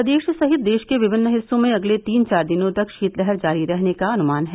प्रदेश सहित देश के विभिन्न हिस्सों में अगले तीन चार दिनों तक शीतलहर जारी रहने का अनुमान है